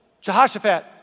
Jehoshaphat